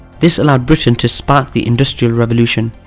this allowed britain to spark the industrial revolution.